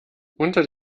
unter